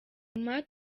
nyuma